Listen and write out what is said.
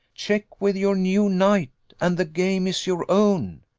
check with your new knight, and the game is your own.